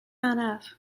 araf